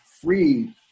free